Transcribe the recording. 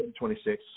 26